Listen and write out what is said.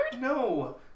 No